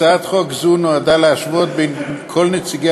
הצעת חוק זו נועדה להשוות בין כל נציגי